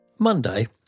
Monday